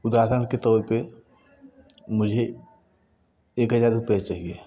उदाहरण के तौर पे मुझे एक हजार रुपए चाहिए